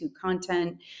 content